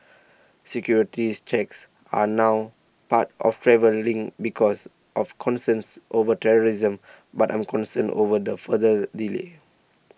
securities checks are now part of travelling because of concerns over terrorism but I'm concerned over the further delay